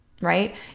right